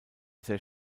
sehr